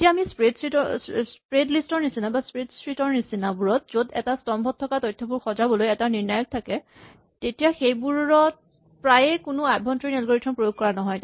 যেতিয়া আমি spread list ৰ নিচিনাবোৰত য'ত এটা স্তম্ভত থকা তথ্যসমূহ সজাবলৈ এটা নিৰ্ণায়ক থাকে তেতিয়া সেইবোৰত প্ৰায়ে কোনো আভ্যন্তৰীণ এলগৰিথম প্ৰয়োগ কৰা নহয়